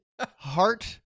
heart